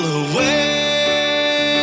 away